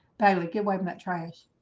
bailey goodway met trash